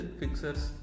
fixers